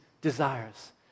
desires